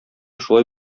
шулай